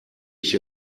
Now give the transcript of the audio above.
ich